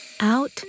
Out